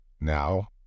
Now